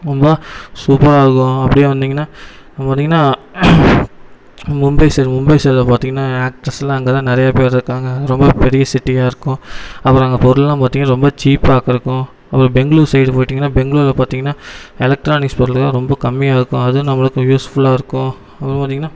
ரொம்ப சூப்பராக இருக்கும் அப்படியே வந்தீங்கன்னா அப்புறம் பார்த்தீங்கன்னா மும்பை சைடு மும்பை சைடில் பார்த்தீங்கன்னா ஆக்ட்ரஸ்லாம் அங்க தான் நிறைய பேர் இருக்காங்க ரொம்ப பெரிய சிட்டியாக இருக்கும் அப்புறம் அங்கே பொருள்லாம் பார்த்தீங்கன்னா ரொம்ப சீப்பாக கிடைக்கும் அப்புறம் பெங்களூர் சைடு போயிட்டிங்கன்னா பெங்களூரில் பார்த்தீங்கன்னா எலெக்ட்ரானிக் பொருள்லாம் ரொம்ப கம்மியாக இருக்கும் அதுவும் நம்பளுக்கு யூஸ்ஃபுல்லாக இருக்கும் அப்புறம் பார்த்தீங்கன்னா